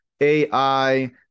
AI